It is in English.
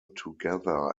together